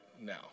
now